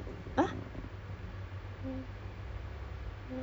H we want to we should get H_D_B first then